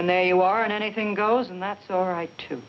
and there you are an anything goes and that's all right